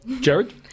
Jared